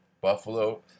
Buffalo